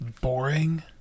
boring